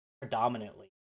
predominantly